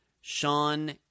Sean